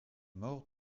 mort